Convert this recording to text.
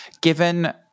Given